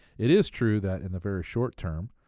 it is true that in the very short-term,